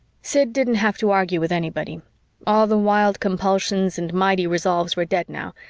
sid didn't have to argue with anybody all the wild compulsions and mighty resolves were dead now,